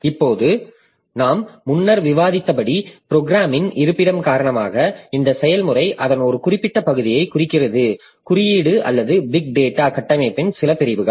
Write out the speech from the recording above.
இப்போது நாம் முன்னர் விவாதித்தபடி ப்ரோக்ராம்ன் இருப்பிடம் காரணமாக இந்த செயல்முறை அதன் ஒரு குறிப்பிட்ட பகுதியைக் குறிக்கிறது குறியீடு அல்லது பிக் டேட்டா கட்டமைப்பின் சில பிரிவுகள்